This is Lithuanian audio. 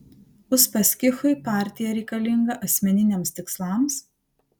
uspaskichui partija reikalinga asmeniniams tikslams